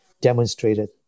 demonstrated